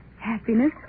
Happiness